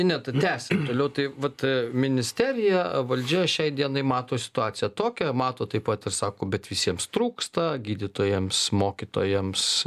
ineta tęsiam toliau tai vat ministerija valdžia šiai dienai mato situaciją tokią mato taip pat ir sako bet visiems trūksta gydytojams mokytojams